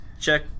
Check